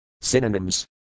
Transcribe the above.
Synonyms